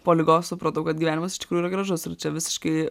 po ligos supratau kad gyvenimas iš tikrųjų yra gražus ir čia visiškai